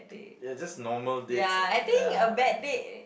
they are just normal dates ya